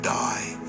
die